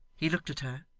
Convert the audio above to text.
he looked at her,